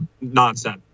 nonsense